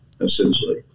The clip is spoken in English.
essentially